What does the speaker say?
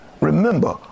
Remember